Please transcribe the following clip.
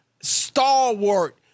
stalwart